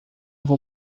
vou